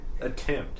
Attempt